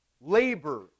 labor